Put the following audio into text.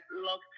love